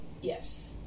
Yes